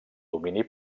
domini